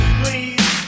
please